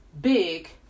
big